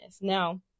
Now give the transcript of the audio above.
Now